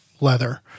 leather